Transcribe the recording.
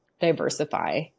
diversify